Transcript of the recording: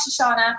Shoshana